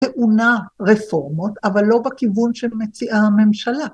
‫טעונה רפורמות, ‫אבל לא בכיוון שמציעה הממשלה.